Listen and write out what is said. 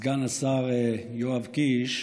סגן השר יואב קיש,